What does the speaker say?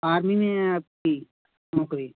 army में हैं आपकी नौकरी